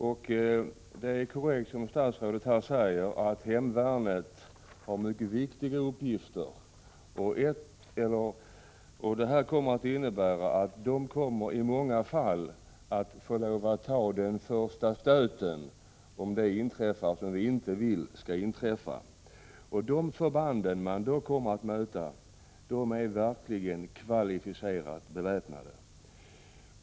Vad statsrådet här säger är korrekt, nämligen att hemvärnet har mycket viktiga uppgifter. Som det nu är kommer det i många fall att bli så, att hemvärnet får ta första stöten om det inträffar som vi inte vill skall inträffa. De förband som man i så fall kommer att möta är verkligen kvalificerat beväpnade.